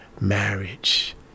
marriage